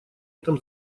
этом